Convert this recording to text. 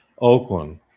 Oakland